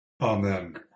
Amen